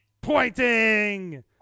Pointing